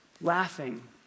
laughing